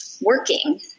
working